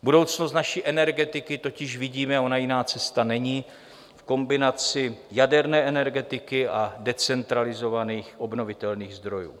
Budoucnost naší energetiky totiž velmi vidíme ona jiná cesta není v kombinaci jaderné energetiky a decentralizovaných obnovitelných zdrojů.